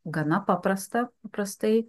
gana paprasta paprastai